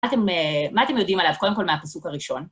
מה אתם יודעים עליו? קודם כל מהפיסוק הראשון.